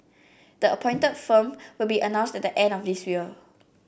the appointed firm will be announced at the end of this year